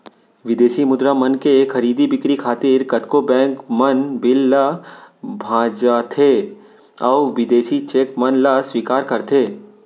बिदेसी मुद्रा मन के खरीदी बिक्री खातिर कतको बेंक मन बिल ल भँजाथें अउ बिदेसी चेक मन ल स्वीकार करथे